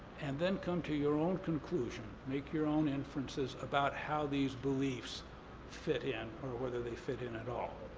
and then come to your own conclusion, make your own inferences about how these beliefs fit in or whether they fit in at all.